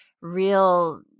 real